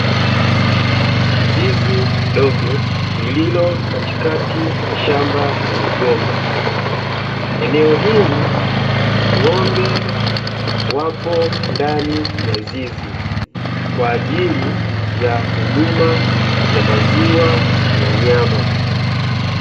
Zizi dogo lililo katikati ya shamba la migomba, eneo hili ng'ombe wapo ndani ya zizi kwa ajili ya huduma ya maziwa na nyama.